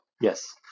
yes